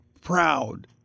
proud